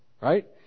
Right